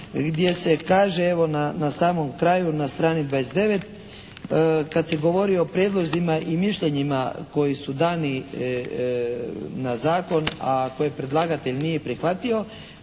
gdje se kaže evo na samom kraju, na strani 29. kad se govori o prijedlozima i mišljenjima koji su dani na zakon, a koje predlagatelj nije prihvatio,